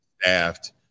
staffed